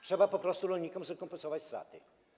Trzeba po prostu rolnikom zrekompensować straty.